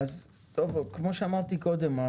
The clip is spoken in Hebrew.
כפי שאמרתי קודם,